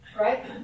Right